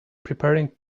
preparing